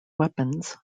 weapons